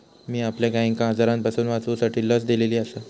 मी आपल्या गायिंका आजारांपासून वाचवूसाठी लस दिलेली आसा